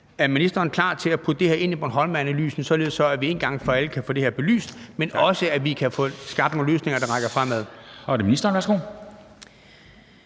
Er ministeren klar til at putte det her ind i bornholmeranalysen, så vi en gang for alle kan få det her belyst og også få skabt nogle løsninger, der rækker fremad?